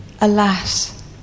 Alas